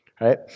right